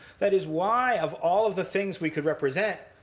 that is, why of all of the things we could represent